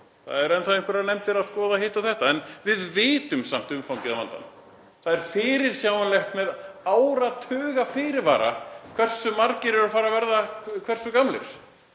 Það eru enn þá einhverjar nefndir að skoða hitt og þetta. En við vitum samt umfangið á vandanum. Það er fyrirsjáanlegt með áratugafyrirvara hversu margir eru að fara að verða gamlir,